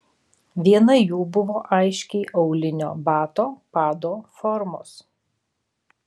viena jų buvo aiškiai aulinio bato pado formos